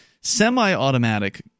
semi-automatic